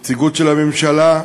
הנציגות של הממשלה,